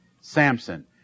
Samson